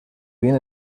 bien